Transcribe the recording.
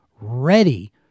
ready